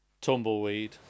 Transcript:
Tumbleweed